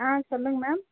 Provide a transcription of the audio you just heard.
ஆ சொல்லுங்க மேம்